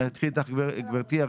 אני אתחיל איתך, גבירתי.